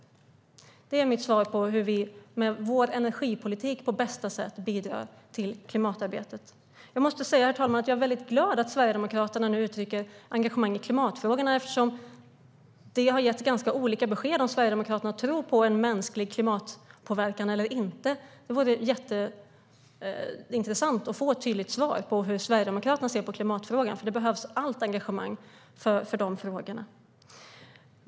Det är mitt svar på hur vi med vår energipolitik på bästa sätt bidrar till klimatarbetet. Jag måste säga, herr talman, att jag är väldigt glad att Sverigedemokraterna nu uttrycker engagemang i klimatfrågorna, eftersom de har gett ganska olika besked om de tror på en mänsklig klimatpåverkan eller inte. Det vore jätteintressant att få ett tydligt svar på hur Sverigedemokraterna ser på klimatfrågan, för allt engagemang behövs för de frågorna.